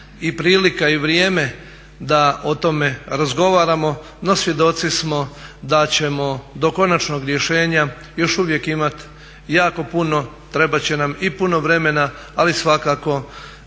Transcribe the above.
i prilika i vrijeme da o tome razgovaramo, no svjedoci smo da ćemo do konačnog rješenja još uvijek imati jako puno, trebat će nam i puno vremena ali svakako